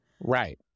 Right